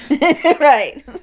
Right